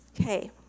Okay